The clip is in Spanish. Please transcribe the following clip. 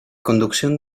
conducción